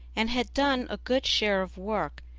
and had done a good share of work,